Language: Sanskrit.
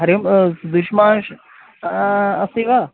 हरिः ओं दुष्माष् अस्ति वा